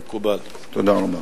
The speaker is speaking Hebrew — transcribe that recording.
תודה.